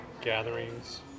gatherings